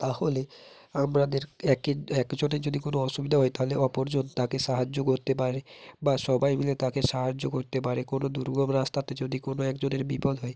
তাহলে আমরাদের একের একজনের যদি কোনো অসুবিধা হয় তাহলে অপর জন তাকে সাহায্য করতে পারে বা সবাই মিলে তাকে সাহায্য করতে পারে কোনো দুর্গম রাস্তাতে যদি কোনো এক জনের বিপদ হয়